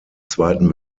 zweiten